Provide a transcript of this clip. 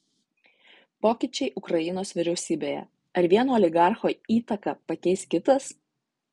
pokyčiai ukrainos vyriausybėje ar vieno oligarcho įtaką pakeis kitas